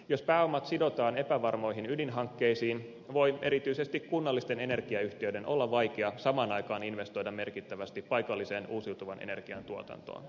jos pääomat sidotaan epävarmoihin ydinhankkeisiin voi erityisesti kunnallisten energiayhtiöiden olla vaikea samaan aikaan investoida merkittävästi paikalliseen uusiutuvan energian tuotantoon